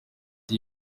ati